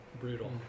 Brutal